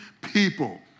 people